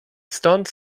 stąd